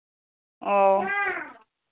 ও